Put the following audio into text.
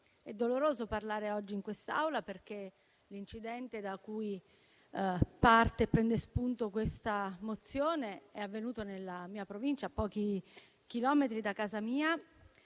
e doloroso parlare oggi in quest'Aula, perché l'incidente da cui prende spunto questa mozione è avvenuto nella mia Provincia, a pochi chilometri da casa mia,